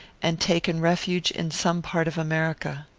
and taken refuge in some part of america.